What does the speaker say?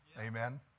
Amen